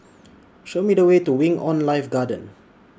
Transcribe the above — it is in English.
ahow Me The Way to Wing on Life Garden